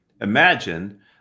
imagine